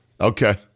Okay